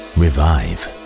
revive